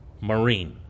marine